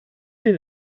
den